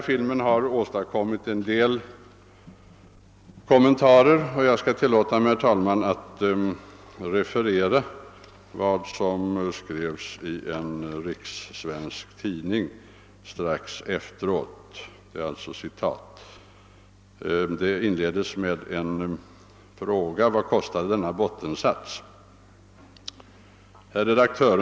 Filmen har åstadkomit en del kommentarer, och jag skall tillåta mig att referera vad som strax efteråt skrevs i en tidning med riksspridning. Det inleds med en fråga: »Vad kostade denna bottensats?», och i fortsättningen står det: >Hr Redaktör!